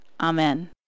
Amen